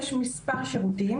יש מספר שירותים